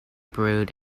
brewed